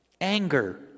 anger